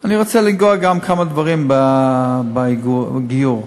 אני רוצה לנגוע גם בכמה דברים בעניין הגיור.